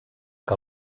que